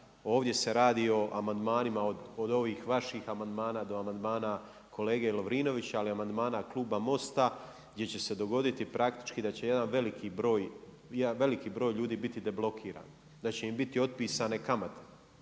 Ovdje se radi o amandmanima od ovih vaših amandmana do amandmana kolege Lovrinovića, ali i amandmana kluba MOST-a gdje će se dogoditi praktički da će jedan veliki broj ljudi biti deblokiran. Da će im biti otpisane kamate.